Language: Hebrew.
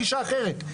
גישה אחרת.